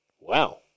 Wow